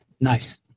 Nice